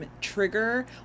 Trigger